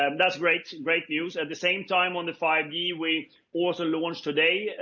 um that's great great news. at the same time. on the five g, we also launched today,